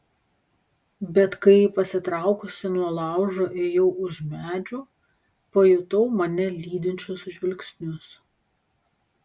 bet kai pasitraukusi nuo laužo ėjau už medžių pajutau mane lydinčius žvilgsnius